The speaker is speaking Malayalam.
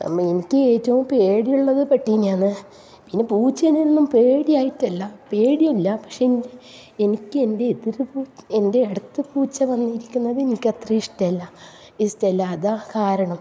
എനിക്ക് ഏറ്റവും പേടിയുള്ളത് പട്ടീനെയാണ് പിന്നെ പൂച്ചനെ ഒന്നും പേടിയായിട്ടല്ല പേടിയല്ല പക്ഷേ എനിക്ക് എൻ്റെ എതിര് എൻ്റെ അടുത്ത് പൂച്ച വന്നിരിക്കുന്നത് എനിക്കത്ര ഇഷ്ടമല്ല ഇഷ്ടമല്ല അതാ കാരണം